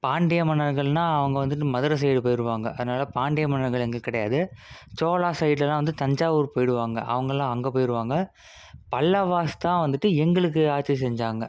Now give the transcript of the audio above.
பாண்டிய மன்னர்கள்னா அவங்க வந்துட்டு மதுரை சைடு போயிருவாங்க அதனால பாண்டிய மன்னர்கள் இங்கே கிடையாது சோழா சைடுலாம் வந்து தஞ்சாவூர் போயிடுவாங்க அவங்களாம் அங்கே போயிருவாங்க பல்லவாஸ் தான் வந்துட்டு எங்களுக்கு ஆட்சி செஞ்சாங்க